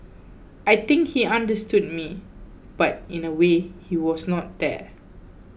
I think he understood me but in a way he was not there